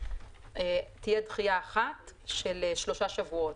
תהיה דחייה אחת של שלושה שבועות,